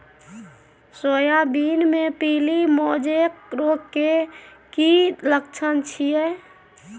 Soybean मे पीली mosaic रोग के की लक्षण छीये?